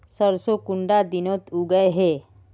सरसों कुंडा दिनोत उगैहे?